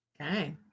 Okay